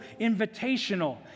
invitational